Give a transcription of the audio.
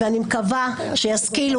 ואני מקווה שיצליחו,